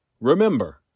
Remember